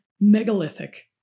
megalithic